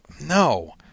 No